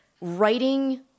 writing